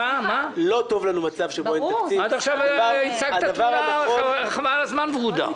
עד עכשיו הצגת תמונה ורודה.